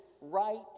right